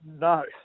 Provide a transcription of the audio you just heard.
No